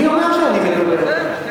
אני אומר שאין עם מי לדבר.